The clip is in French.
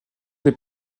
des